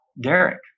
Derek